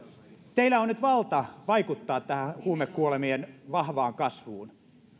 teillä on nyt valta vaikuttaa tähän huumekuolemien vahvaan kasvuun